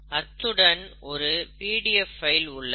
அத்துடன் ஒரு PDF file உள்ளது